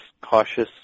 cautious